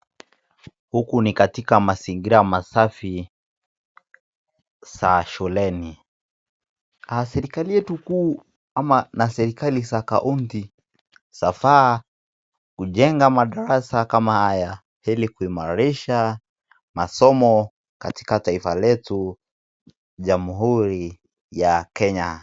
Huku ni katika mazingira masafi za shuleni. Serikali yetu kuu ama na serikali za kaunti zafaa kujenga madarasa kama haya ili kuimarisha masomo katika taifa letu jamhuri ya Kenya.